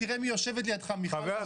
שלמה --- אבל תראה מי יושבת לידך מיכל רוזין.